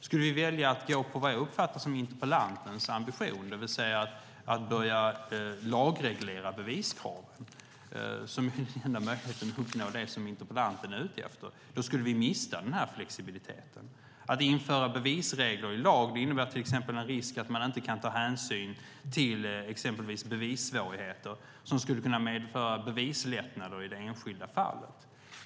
Skulle vi välja att gå på vad jag uppfattar som interpellantens ambition, det vill säga börja lagreglera beviskrav - som är enda möjligheten att uppnå det interpellanten är ute efter - skulle vi mista denna flexibilitet. Att införa bevisregler i lag innebär till exempel en risk för att man inte kan ta hänsyn till exempelvis bevissvårigheter som skulle kunna medföra bevislättnader i det enskilda fallet.